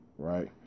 Right